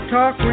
Talk